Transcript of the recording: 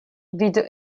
vidu